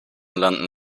landen